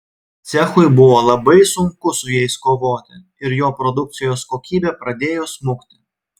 cechui buvo labai sunku su jais kovoti ir jo produkcijos kokybė pradėjo smukti